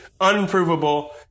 unprovable